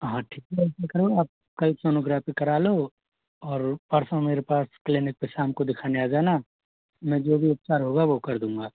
हाँ ठीक है कल सोनोग्राफी करा लो और परसों मेरे पास क्लिनिक पे शाम को दिखाने आ जाना मैं जो भी उपचार होगा वो कर दूँगा